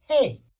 Hey